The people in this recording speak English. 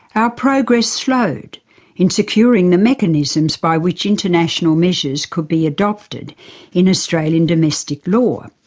our progress slowed in securing the mechanisms by which international measures could be adopted in australian domestic law.